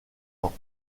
ans